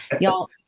y'all